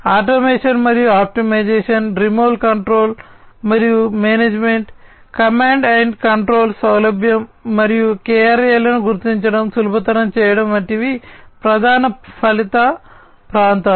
automation మరియు optimization remote control మరియు management command and control సౌలభ్యం మరియు KRA లను గుర్తించడం సులభతరం చేయడం వంటివి ప్రధాన ఫలిత ప్రాంతాలు